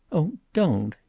oh don't.